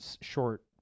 short